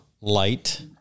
Light